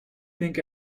think